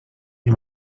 nie